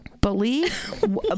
believe